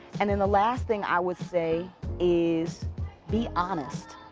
and then the last thing i would say is be honest.